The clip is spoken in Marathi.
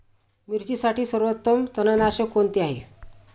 मिरचीसाठी सर्वोत्तम तणनाशक कोणते आहे?